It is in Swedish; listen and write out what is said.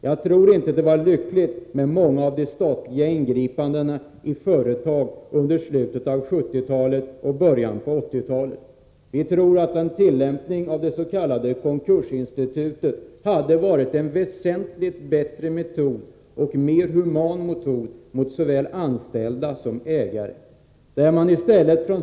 Jag tror inte att det var lyckligt med de många ingripanden i företag som gjordes i slutet av 1970-talet och början av 1980-talet. Vi tror att en tillämpning av det s.k. konkursinstitutet hade varit en väsentligt bättre och mer human metod mot såväl anställda som ägare.